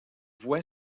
voie